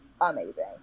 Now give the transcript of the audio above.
Amazing